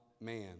man